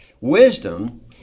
Wisdom